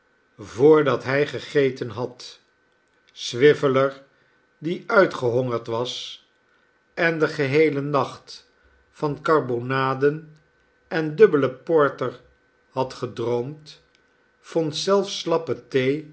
voordat hij gegeten had swiveller die uitgehongerd was en den geheelen nacht van karbonaden en dubbelen porter had gedroomd vond zelfs